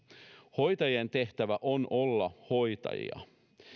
hoitajien tehtävä on olla hoitajia